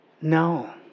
no